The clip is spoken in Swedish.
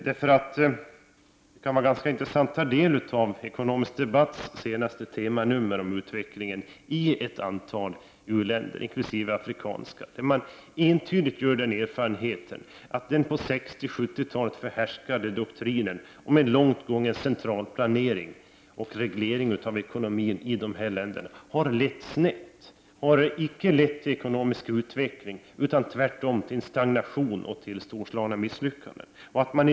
Det kan vara intressant att ta del av Ekonomisk Debatts senaste temanummer om utvecklingen i ett antal utvecklingsländer, bl.a. afrikanska. Man har gjort den entydiga erfarenheten att den på 60 och 70 talen förhärskande doktrinen om en långt gående centralplanering och reglering av ekonomin har lett utvecklingen snett. Den har icke lett till ekonomisk utveckling utan tvärtom till stagnation och till storslagna misslyckanden.